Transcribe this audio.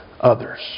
others